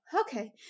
okay